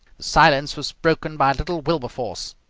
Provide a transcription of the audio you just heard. silence was broken by little wilberforce.